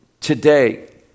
today